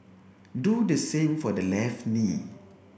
do the same for the left knee